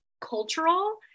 cultural